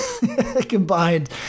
Combined